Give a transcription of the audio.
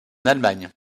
allemagne